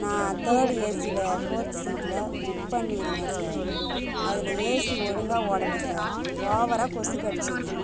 நான் தேர்ட் ஏசில ஃபோர்த்து சீட்ல புக் பண்ணியிருந்தேன் சார் அதில் ஏசி ஒழுங்காக ஓடலை சார் ஓவராக கொசு கடிச்சிது